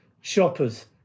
shoppers